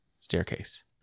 staircase